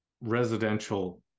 residential